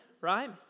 Right